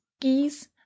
geese